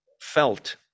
felt